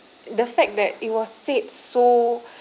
the fact that it was said so